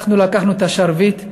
אנחנו לקחנו את השרביט,